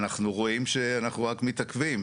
אנחנו רואים שאנחנו רק מתעכבים.